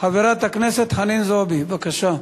אדוני היושב-ראש, חברות וחברי הכנסת, אולי זו